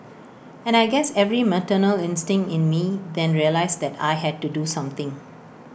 and I guess every maternal instinct in me then realised that I had to do something